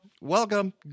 Welcome